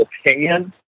opinion